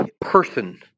person